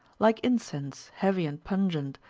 like incense, heavy and pungent,